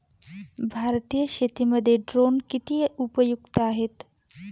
भारतीय शेतीमध्ये ड्रोन किती उपयुक्त आहेत?